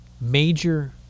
major